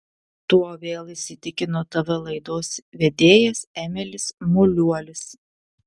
tuo vėl įsitikino tv laidos vedėjas emilis muliuolis